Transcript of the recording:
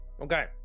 okay